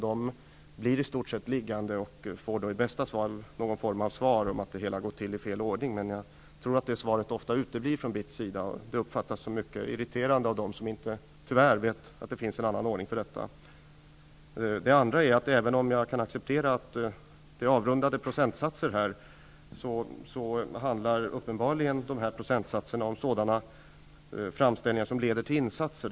De blir i stort sett liggande och får i bästa fall någon form av svar om att det hela har gått till i fel ordning. Men jag tror att det svaret från BITS ofta uteblir. Det uppfattas som mycket irriterande av dem som tyvärr inte vet att det finns en annan ordning för detta. Jag kan förvisso acceptera att det rör sig om avrundade procentsatser. Men dessa procentsatser gäller uppenbarligen sådana framställningar som leder till insatser.